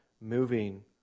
moving